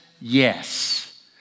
yes